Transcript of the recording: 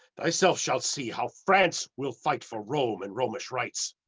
thyself shalt see how france will fight for rome and romish rites.